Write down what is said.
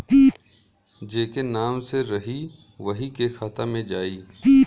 जेके नाम से रही वही के खाता मे जाई